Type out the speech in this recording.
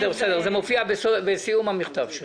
זה מופיע בסיום המכתב שלו.